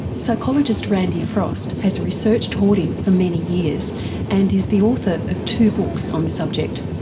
psychologist randy frost has researched hoarding for many years and is the author of two books on the subject.